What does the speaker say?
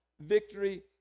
victory